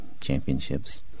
championships